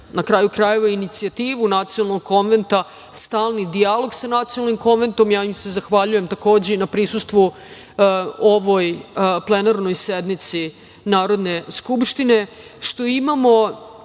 na kraju krajeva inicijativu Nacionalnog konventa, stalni dijalog sa Nacionalnim konventom, ja im se zahvaljuje takođe i na prisustvu ovoj plenarnoj sednici Narodne skupštine, što imamo